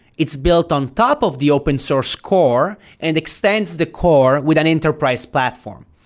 it's built on top of the open source core and extends the core with an enterprise platform.